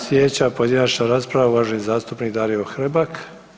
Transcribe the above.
Sljedeća pojedinačna rasprava, uvaženi zastupnik Dario Hrebak.